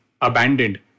abandoned